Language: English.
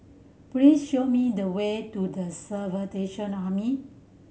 please show me the way to The Salvation Army